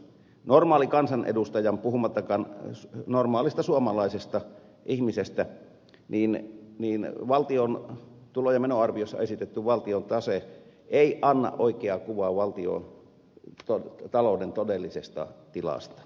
normaalille kansanedustajalle puhumattakaan normaalista suomalaisesta ihmisestä valtion tulo ja menoarviossa esitetty valtion tase ei anna oikeaa kuvaa valtiontalouden todellisesta tilasta